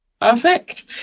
Perfect